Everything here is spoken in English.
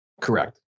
correct